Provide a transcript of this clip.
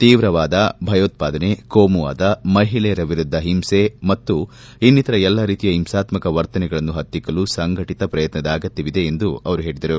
ತೀವ್ರವಾದ ಭಯೋತ್ವಾದನೆ ಕೋಮುವಾದ ಮಹಿಳೆಯರ ವಿರುದ್ದ ಹಿಂಸೆ ಮತ್ತು ಇನ್ನಿತರ ಎಲ್ಲಾ ರೀತಿಯ ಹಿಂಸಾತ್ಜಕ ವರ್ತನೆಗಳನ್ನು ಹತ್ತಿಕ್ಕಲು ಸಂಘಟಿತ ಪ್ರಯತ್ನದ ಅಗತ್ಯವಿದೆ ಎಂದು ಹೇಳಿದರು